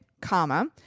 comma